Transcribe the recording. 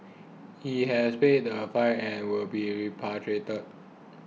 he has paid the fine and will be repatriated